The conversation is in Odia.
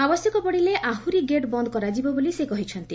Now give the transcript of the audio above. ଆବଶ୍ୟକ ପଡ଼ିଲେ ଆହୁରି ଗେଟ୍ ବନ୍ଦ୍ କରାଯିବ ବୋଲି ସେ କହିଛନ୍ତି